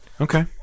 okay